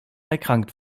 erkrankt